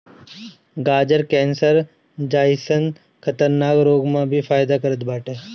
गाजर कैंसर जइसन खतरनाक रोग में भी फायदा करत बाटे